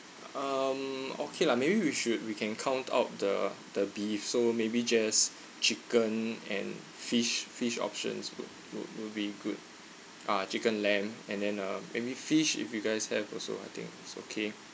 um okay lah maybe we should we can count out the the beef so maybe just chicken and fish fish options would would would be good ah chicken lamb and then uh maybe fish if you guys have also I think it's okay